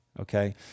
Okay